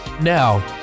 Now